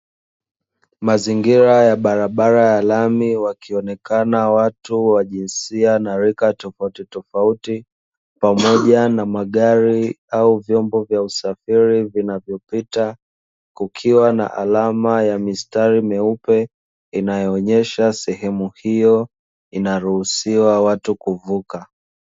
Mazingira ya barabara ya lami wakionekana watu wa jinsia na rika tofautitofauti, pamoja na magari au vyombo vya usafiri vinavyopita, kukiwa na alama ya mistari myeupe inayoonyesha sehemu hiyo inaruhusiwa watu kuvuka.